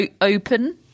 Open